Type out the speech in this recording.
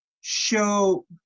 show